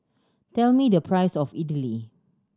tell me the price of Idili